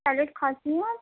salad کھاتی ہیں آپ